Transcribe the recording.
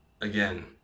again